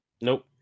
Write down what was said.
Nope